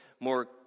more